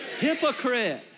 Hypocrite